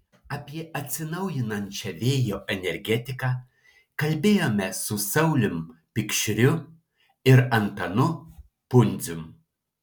apie atsinaujinančią vėjo energetiką kalbėjome su saulium pikšriu ir antanu pundzium